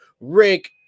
Rick